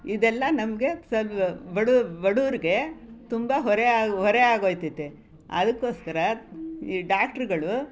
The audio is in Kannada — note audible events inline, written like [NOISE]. ಇದೆಲ್ಲ ನಮಗೆ [UNINTELLIGIBLE] ಬಡ ಬಡವರ್ಗೆ ತುಂಬ ಹೊರೆ ಹೊರೆ ಆಗೊಯ್ತೈತೆ ಅದಕ್ಕೋಸ್ಕರ ಈ ಡಾಕ್ಟ್ರುಗಳು